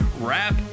rap